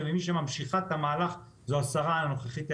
ומי שממשיכה את המהלך זו השרה הנוכחית,